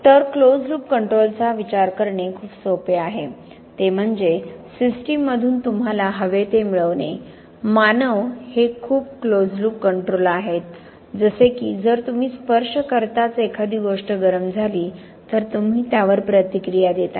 तर close loop कंट्रोलचा विचार करणे खूप सोपे आहे ते म्हणजे सिस्टममधून तुम्हाला हवे ते मिळवणे मानव हे खूप क्लोज लूप कंट्रोल आहेत जसे की जर तुम्ही स्पर्श करताच एखादी गोष्ट गरम झाली तर तुम्ही त्यावर प्रतिक्रिया देता